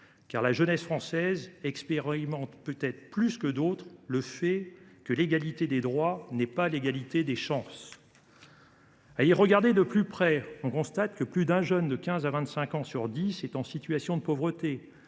la jeunesse française expérimente peut être plus que d’autres que l’égalité des droits n’est pas celle des chances. À y regarder de plus près, on constate que plus d’un jeune de 15 à 25 ans sur dix est en situation de pauvreté,